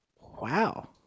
Wow